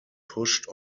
pushed